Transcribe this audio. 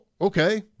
okay